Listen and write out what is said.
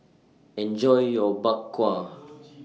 Enjoy your Bak Kwa